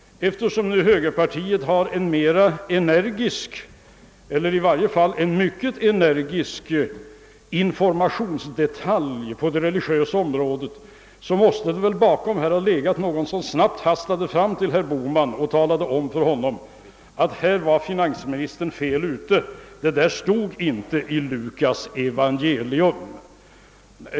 Eftersom högerpartiet har en mycket energisk informationsdetalj på det religiösa området måste väl förklaringen vara, att någon skyndade sig fram till herr Bohman och talade om för honom att finansministern gjorde sig skyldig till ett misstag: det där stod inte i Lukas evangelium.